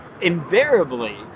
invariably